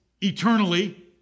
eternally